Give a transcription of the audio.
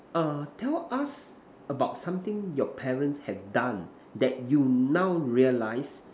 err tell us about something your parents have done that you now realise